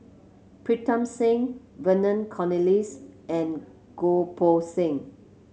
Pritam Singh Vernon Cornelius and Goh Poh Seng